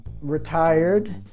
retired